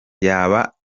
yaba